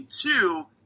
two